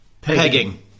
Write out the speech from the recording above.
Pegging